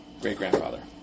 great-grandfather